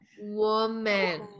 Woman